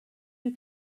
you